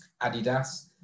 Adidas